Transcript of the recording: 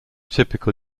typical